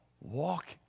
Walk